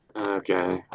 Okay